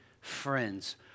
friends